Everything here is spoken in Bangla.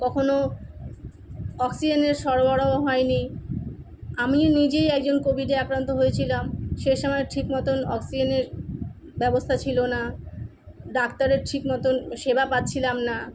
কখনও অক্সিজেনের সরবরাহ হয়নি আমি নিজেই একজন কোভিডে আক্রান্ত হয়েছিলাম সেই সময় ঠিক মতন অক্সিজেনের ব্যবস্থা ছিল না ডাক্তারের ঠিক মতন সেবা পাচ্ছিলাম না